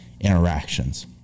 interactions